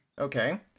Okay